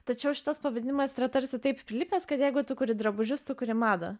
tačiau šitas pavadinimas yra tarsi taip prilipęs kad jeigu tu kuri drabužius tu kuri madą